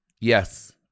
Yes